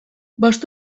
bost